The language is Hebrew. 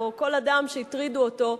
או כל אדם שהטרידו אותו,